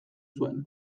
zuen